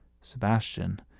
Sebastian